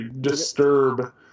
disturb